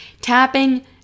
Tapping